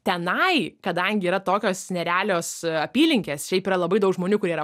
tenai kadangi yra tokios nerealios apylinkės šiaip yra labai daug žmonių kurie yra